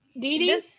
Didi